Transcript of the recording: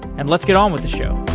and let's get on with the show